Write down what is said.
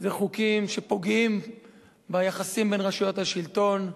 זה חוקים שפוגעים ביחסים בין רשויות השלטון,